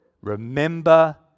Remember